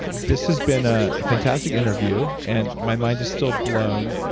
this has been a fantastic interview and my mind is still blown